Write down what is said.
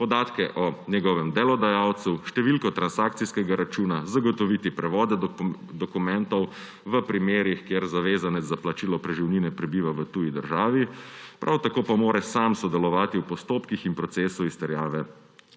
podatke o njegovem delodajalcu, številko transakcijskega računa, zagotoviti prevode dokumentov v primerih, ko zavezanec za plačilo preživnine prebiva v tuji državi, prav tako pa mora sam sodelovati v postopkih in procesu izterjave